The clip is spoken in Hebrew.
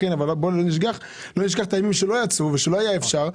אבל בוא נשכח את הימים שלא יצאו ושלא היה אפשר,